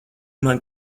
man